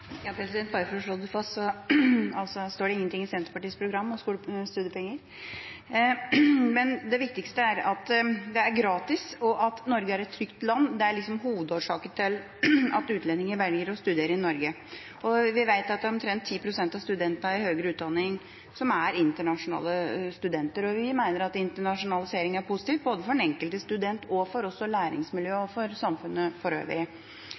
Bare for å slå det fast: Det står ingenting i Senterpartiets program om studiepenger. Det viktigste er at det er gratis, og at Norge er et trygt land. Det er hovedårsakene til at utlendinger velger å studere i Norge. Vi vet at omtrent 10 pst. av studentene i høyere utdanning er internasjonale studenter. Vi mener at internasjonalisering er positivt, både for den enkelte student, for læringsmiljøet og for samfunnet for øvrig.